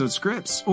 scripts